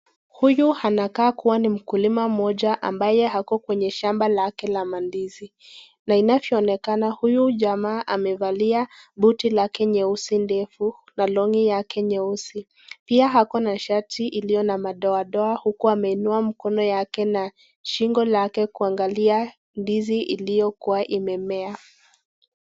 Huyu anakaa kuwa ni mkulima moja ambaye ako kwenye shamba lake la mandizi. Na inavyoonekana huyu jamaa amevalia buti lake nyeusi ndefu na longi yake nyeusi. Pia ako na shati iliyo na madoadoa huku ameinua mkono yake na shingo lake kuangalia ndizi iliyo kuwa imemea.